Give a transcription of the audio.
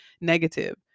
negative